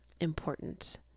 important